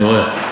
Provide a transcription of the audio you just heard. אני רואה.